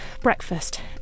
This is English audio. breakfast